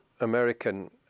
American